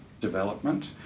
development